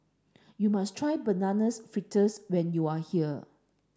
you must try bananas fritters when you are here